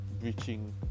breaching